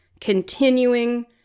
continuing